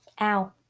ow